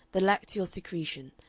the lacteal secretion,